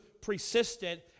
persistent